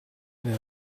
idea